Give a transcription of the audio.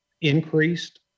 increased